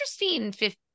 interesting